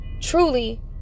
Truly